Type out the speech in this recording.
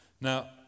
Now